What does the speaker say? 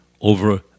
over